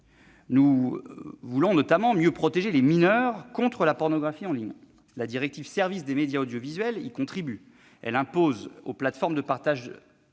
Nous voulons notamment mieux protéger les mineurs contre la pornographie en ligne. La directive Services de médias audiovisuels y contribue. Elle impose aux plateformes de partage